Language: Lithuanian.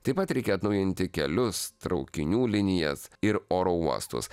taip pat reikia atnaujinti kelius traukinių linijas ir oro uostus